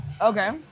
okay